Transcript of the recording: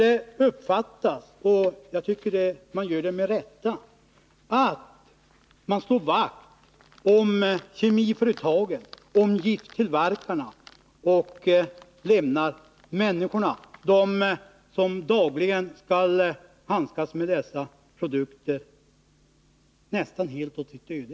Det uppfattas annars — jag tycker med rätta — som att man slår vakt om kemiföretagen, gifttillverkarna, och lämnar människorna, dem som dagligen skall handskas med dessa produkter, nästan helt åt sitt öde.